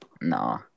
No